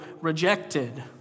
rejected